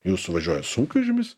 jūsų važiuoja sunkvežimis